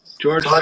george